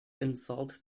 insult